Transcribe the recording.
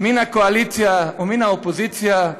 מן הקואליציה ומן האופוזיציה,